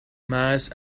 mass